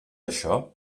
això